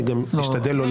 אני גם משתדל לא להפריע.